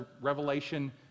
Revelation